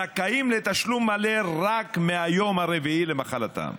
זכאים לתשלום מלא רק מהיום הרביעי למחלתם.